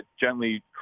gently